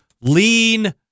lean